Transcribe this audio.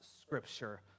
Scripture